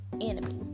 enemy